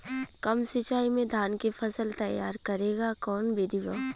कम सिचाई में धान के फसल तैयार करे क कवन बिधि बा?